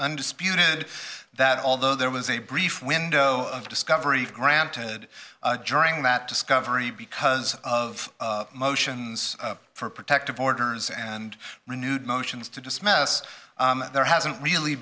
undisputed that although there was a brief window of discovery granted during that discovery because of motions for protective orders and renewed motions to dismiss there hasn't really